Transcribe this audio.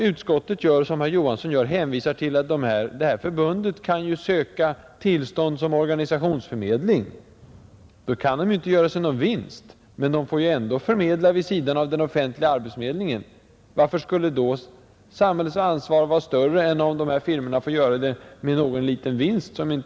Utskottet och herr Johansson hänvisar till att detta förbund kan söka tillstånd som organisationsförmedling. Då kan man inte göra någon vinst, men man får ändå förmedla vid sidan om den offentliga arbetsförmedlingen, Varför skulle då samhällets ansvar vara sämre om dessa firmor får göra det med någon liten vinst?